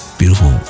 beautiful